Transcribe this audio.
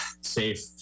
safe